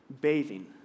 bathing